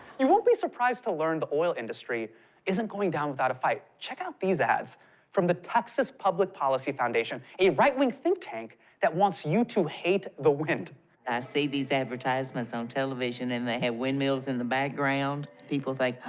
you won't be surprised to learn the oil industry isn't going down without a fight. check out these ads from the texas public policy foundation, a right-wing think tank that wants you to hate the wind. i see these advertisements on television, and they have windmills in the background. people think,